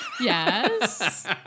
Yes